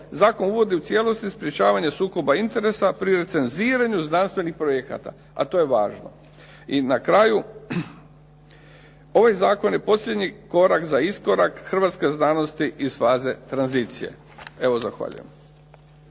zakon uvodi u cijelosti sprječavanje sukoba interesa pri recenziranju znanstvenih projekata a to je važno. I na kraju ovaj zakon je posljednji korak za iskorak hrvatske znanosti iz faze tranzicije. Evo zahvaljujem.